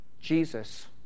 Jesus